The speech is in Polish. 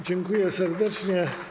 Dziękuję serdecznie.